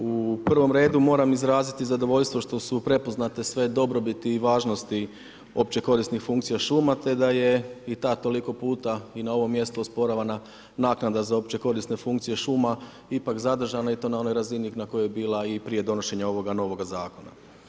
U prvom redu moram izraziti zadovoljstvo što su prepoznate sve dobrobiti i važnosti opće korisnih funkcija šuma te da je i ta toliko puta i na ovom mjestu osporavana naknada za opće korisne funkcije šuma ipak zadržana i to na onoj razini na kojoj je bila i prije donošenja ovoga novoga zakona.